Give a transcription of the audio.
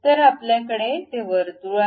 तर आपल्याकडे ते वर्तुळ आहे